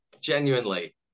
genuinely